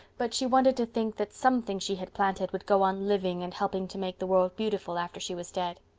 but she wanted to think that something she had planted would go on living and helping to make the world beautiful after she was dead.